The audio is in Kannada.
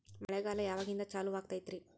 ಮಳೆಗಾಲ ಯಾವಾಗಿನಿಂದ ಚಾಲುವಾಗತೈತರಿ?